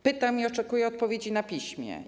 Pytam i oczekuję odpowiedzi na piśmie.